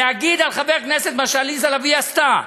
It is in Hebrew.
להגיד על חבר כנסת, מה שעליזה לביא עשתה,